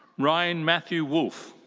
ryan matthew wolfe.